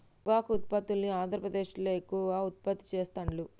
పొగాకు ఉత్పత్తుల్ని ఆంద్రప్రదేశ్లో ఎక్కువ ఉత్పత్తి చెస్తాండ్లు